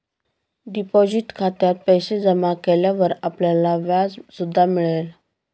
deposit खात्यात पैसे जमा केल्यावर आपल्याला व्याज सुद्धा मिळेल